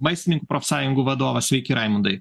maistininkų profsąjungų vadovas sveiki raimundai